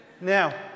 Now